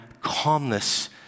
calmness